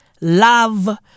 love